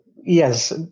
Yes